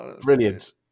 Brilliant